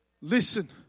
Listen